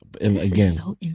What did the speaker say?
again